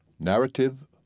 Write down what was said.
Narrative